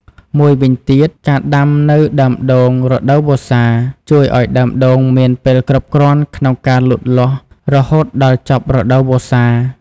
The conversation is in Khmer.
មួយវិញទៀត ការដាំនៅដើមរដូវវស្សាជួយឲ្យដើមដូងមានពេលគ្រប់គ្រាន់ក្នុងការលូតលាស់រហូតដល់ចប់រដូវវស្សា។